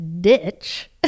ditch